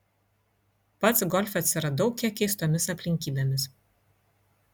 pats golfe atsiradau kiek keistomis aplinkybėmis